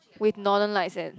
with Northern Lights and